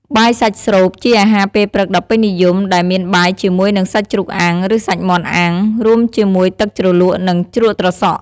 បាយសាច់ស្រូប ជាអាហារពេលព្រឹកដ៏ពេញនិយម ដែលមានបាយជាមួយនឹងសាច់ជ្រូកអាំង ឬ សាច់មាន់អាំង រួមជាមួយទឹកជ្រលក់ និងជ្រក់ត្រសក់។